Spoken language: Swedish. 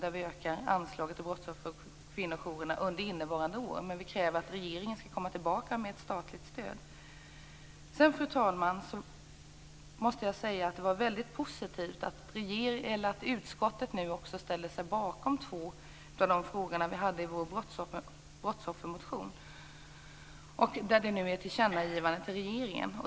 Vi vill öka anslaget till brottsoffer och kvinnojourerna under innevarande år. Vi kräver att regeringen skall komma tillbaka med ett statligt stöd. Fru talman! Jag måste säga att det är väldigt positivt att utskottet ställer sig bakom två av förslagen i vår brottsoffermotion. Det blir ett tillkännagivande till regeringen.